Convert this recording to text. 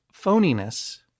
phoniness